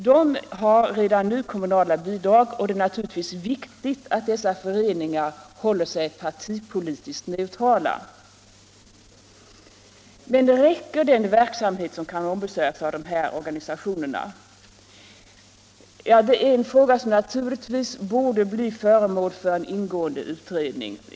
De har redan nu kommunala bidrag, och det är naturligtvis riktigt att dessa föreningar håller sig partipolitiskt neutrala. Men räcker den verksamhet som kan ombesörjas av dessa organisationer? Det är en fråga som borde bli föremål för en ingående utredning.